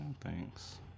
Thanks